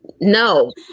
No